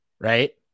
right